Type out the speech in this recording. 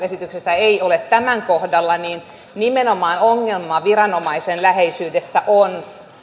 esityksessä ei ole tämän kohdalla nimenomaan ongelma viranomaisen läheisyydestä on